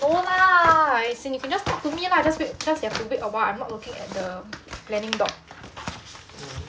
no lah as in you can just talk to me lah just wait just you have to wait a while I'm not looking at the planning docs